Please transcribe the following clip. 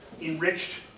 enriched